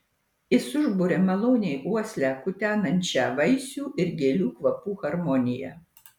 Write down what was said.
jis užburia maloniai uoslę kutenančią vaisių ir gėlių kvapų harmonija